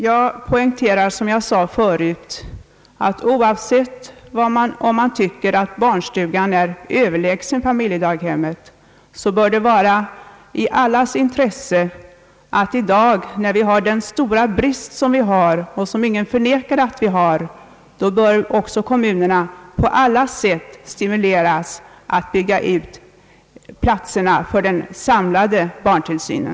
Jag poängterar, som jag sade förut, att oavsett om man tycker att barnstugan är överlägsen familjedaghemmet bör det ligga i allas intresse att kommunerna i dag, när det finns en så stor brist som ingen förnekar, stimuleras på alla sätt att bygga ut platserna för den samlade barntillsynen.